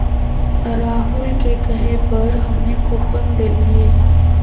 राहुल के कहे पर हम्मे कूपन देलीयी